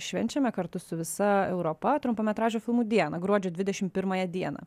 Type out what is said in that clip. švenčiame kartu su visa europa trumpametražių filmų dieną gruodžio dvidešim pirmąją dieną